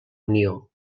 unió